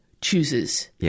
chooses